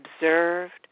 observed